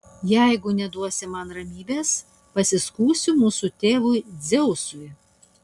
jeigu neduosi man ramybės pasiskųsiu mūsų tėvui dzeusui